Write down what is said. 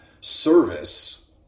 service